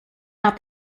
not